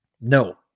no